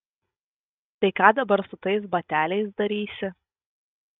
tai ką dabar su tais bateliais darysi